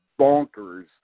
bonkers